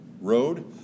road